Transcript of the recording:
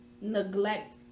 neglect